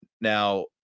Now